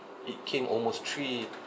it came almost three